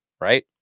right